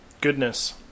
Goodness